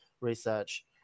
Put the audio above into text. research